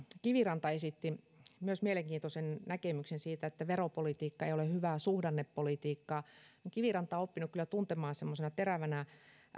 kiviranta esitti myös mielenkiintoisen näkemyksen siitä että veropolitiikka ei ole hyvää suhdannepolitiikkaa olen kivirantaa oppinut kyllä tuntemaan semmoisena terävänä